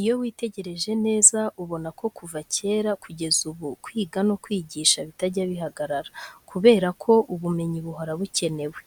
Iyo witegereje neza ubona ko kuva kera kugeza ubu kwiga no kwigisha bitajya bihagarara kubera ko ubumenyi buhora bukenewe.